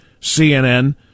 CNN